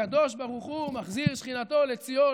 הקדוש ברוך הוא מחזיר את שכינתו לציון,